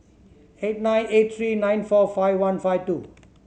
eight nine eight three nine four five one five two